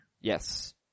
Yes